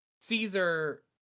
Caesar